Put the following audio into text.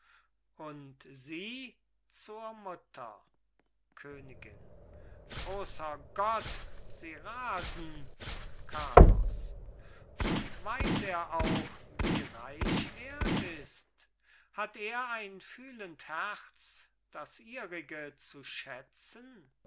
und sie zur mutter königin großer gott sie rasen carlos und weiß er auch wie reich er ist hat er ein fühlend herz das ihrige zu schätzen